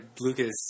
Lucas